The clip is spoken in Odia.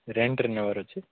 ରେଣ୍ଟ୍ରେ ନେବାର ଅଛି